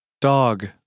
Dog